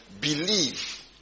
believe